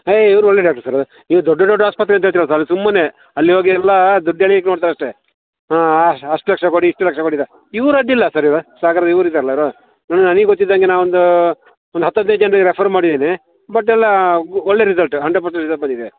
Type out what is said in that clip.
ಹೇ ಇವರು ಒಳ್ಳೆ doctor sir ನೀವು ದೊಡ್ಡ ದೊಡ್ಡ ಆಸ್ಪತ್ರೆ ಅಂತ ಹೇಳ್ತೀರಲ್ಲ ಅಲ್ಲಿ ಸುಮ್ಮನೆ ಅಲ್ಲಿ ಹೋಗಿ ಎಲ್ಲ ದುಡ್ಡು ಎಳೀಲಿಕ್ಕೆ ನೋಡ್ತಾರಷ್ಟೇ ಹಾಂ ಅಷ್ಟು ಲಕ್ಷ ಕೊಡಿ ಇಷ್ಟು ಲಕ್ಷ ಕೊಡಿ ಅಂತ ಇವರು ಅಡ್ಡಿಯಿಲ್ಲ ಸರ್ ಇವರು ಸಾಗರ ಇವರು ಇದ್ದಾರಲ್ಲ ಇವರು ನನಗೆ ಗೊತ್ತಿದ್ದಂಗೆ ನಾನು ಒಂದು ಹತ್ತು ಹದಿನೈದು ಜನರಿಗೆ ರೆಫರ್ ಮಾಡಿದ್ದೀನಿ ಬಟ್ ಎಲ್ಲ ಒಳ್ಳೆ ರಿಸಲ್ಟ್ ಹಂಡ್ರೆಡ್ ಪರ್ಸೆಂಟ್ ರಿಸಲ್ಟ್ ಬಂದಿದೆ